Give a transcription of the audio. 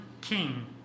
king